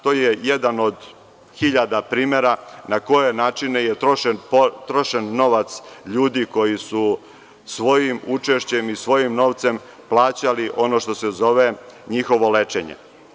To je jedan od hiljada primera na koje načine je trošen novac ljudi koji su svojim učešćem i svojim novcem plaćali ono što se zove njihovo lečenje.